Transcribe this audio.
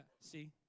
see